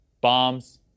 Bombs